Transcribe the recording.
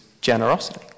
generosity